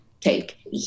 take